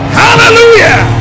hallelujah